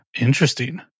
Interesting